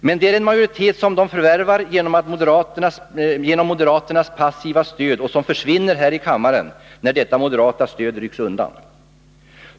Men det är en majoritet som de förvärvar genom moderaternas passiva stöd och som försvinner här i kammaren när detta moderata stöd rycks undan.